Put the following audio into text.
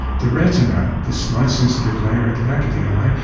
the retina, this light sensitive layer at the back of the eye,